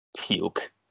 Puke